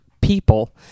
people